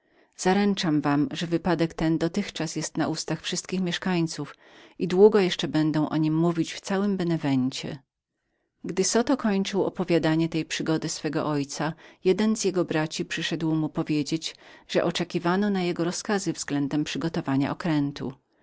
zaręczam wam że wypadek ten dotychczas jest w ustach wszystkich mieszkańców i długo jeszcze będą o nim mówić w całym benewencie gdy zoto kończył opowiadanie tej przygody swego ojca jeden z jego braci przyszedł mu powiedzieć że oczekiwano na jego rozkazy względem przygotowania okrętu